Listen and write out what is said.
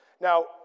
Now